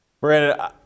Brandon